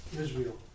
Israel